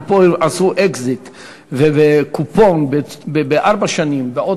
אם פה עשו אקזיט וקופון בארבע שנים בעוד